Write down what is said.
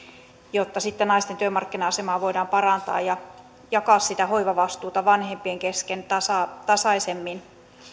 jotta naisten työmarkkina asemaa voidaan parantaa ja jakaa hoivavastuuta vanhempien kesken tasaisemmin